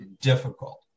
difficult